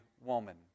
woman